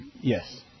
Yes